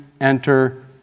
enter